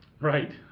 Right